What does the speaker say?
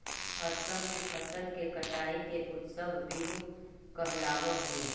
असम में फसल के कटाई के उत्सव बीहू कहलावऽ हइ